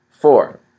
four